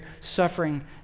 suffering